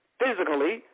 physically